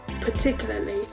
particularly